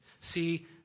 See